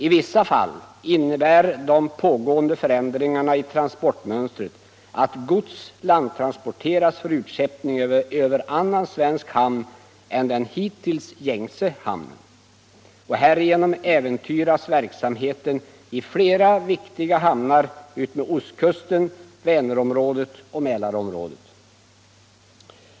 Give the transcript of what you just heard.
I vissa fall innebär de pågående förändringarna i transportmönstret att gods landtransporteras för utskeppning över annan svensk hamn än den hittills gängse hamnen. Härigenom äventyras verksamheten i flera viktiga hamnar utmed ostkusten, i Vänerområdet och Mälarområdet.